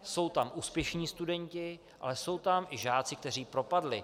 Jsou tam úspěšní studenti, ale jsou tam i žáci, kteří propadli.